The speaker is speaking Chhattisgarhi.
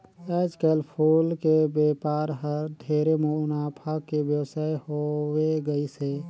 आयज कायल फूल के बेपार हर ढेरे मुनाफा के बेवसाय होवे गईस हे